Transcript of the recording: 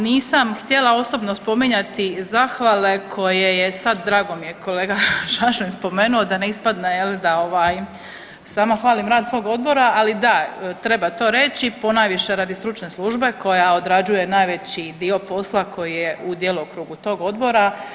Nisam htjela osobno spominjati zahvale koje je sad drago mi je kolega Šašlin spomenuo da ne ispadne da samo hvalim rad svog odbora, ali da treba to reći, ponajviše radi stručne službe koja odrađuje najveći dio posla koji je u djelokrugu tog odbora.